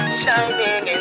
shining